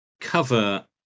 cover